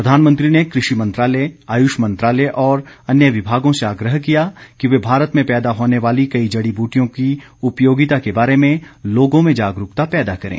प्रधानमंत्री ने कृषि मंत्रालय आयुष मंत्रालय और अन्य विभागों से आग्रह किया कि वे भारत में पैदा होने वाली कई जडी बूटियों की उपयोगिता के बारे में लोगों में जागरूकता पैदा करें